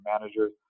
managers